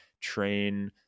train